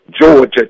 Georgia